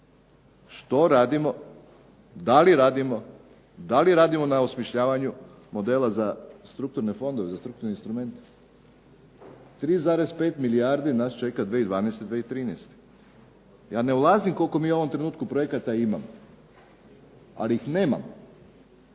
što radimo, da li radimo, da li radimo na osmišljavanju modela za strukturne fondove, za strukturne instrumente. 3,5 milijardi nas čeka 2012., 2013. Ja ne ulazim koliko mi u ovom trenutku projekata imamo, ali ih nemamo.